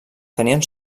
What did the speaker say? tenien